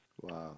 Wow